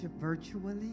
virtually